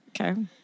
Okay